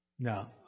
No